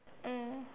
mm